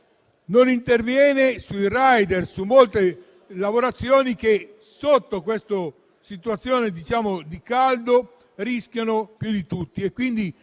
Non interviene sui *rider* e su molti lavoratori che in questa situazione di caldo rischiano più di tutti.